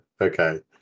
okay